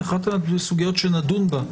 היא אחת הסוגיות שנדון בה.